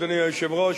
אדוני היושב-ראש,